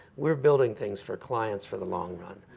we're building things for clients for the long run.